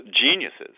geniuses